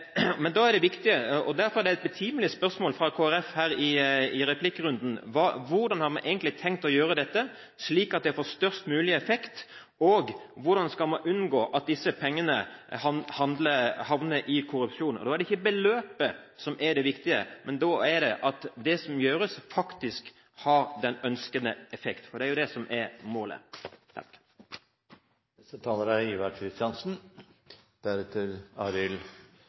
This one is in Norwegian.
Men da er det viktig – og derfor er det et betimelig spørsmål fra Kristelig Folkeparti her i replikkrunden: Hvordan har man egentlig tenkt å gjøre dette, slik at det får størst mulig effekt, og hvordan skal man unngå at disse pengene havner i korrupsjon? Da er det ikke beløpet som er det viktige, men at det som gjøres, faktisk har den ønskede effekt, for det er jo det som er målet.